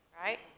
Right